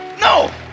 no